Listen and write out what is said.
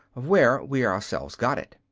of where we ourselves got it.